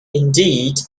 indeed